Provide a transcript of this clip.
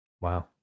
Wow